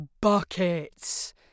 buckets